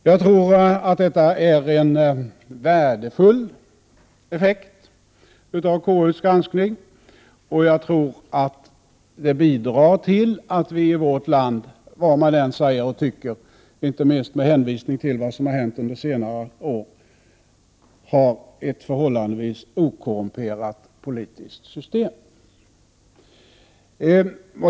Jag tror att detta är en värdefull effekt av KU:s granskning, och jag tror att det bidrar till att vi i vårt land vad man än säger och tycker — inte minst med hänvisning till vad som har hänt under senare år — har ett förhållandevis okorrumperat politiskt system.